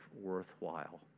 worthwhile